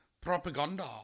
Propaganda